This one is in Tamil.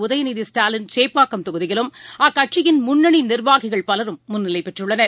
உதயநிதி ஸ்டாலின் சேப்பாக்கம் தொகுதியிலும் அக்கட்சியின் முன்னணி நிர்வாகிகள் பலரும் முன்னிலை பெற்றுள்ளனர்